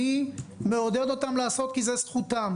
אני מעודד אותם לעשות כי זאת זכותם,